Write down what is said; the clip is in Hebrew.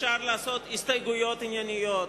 אפשר לעשות הסתייגויות ענייניות,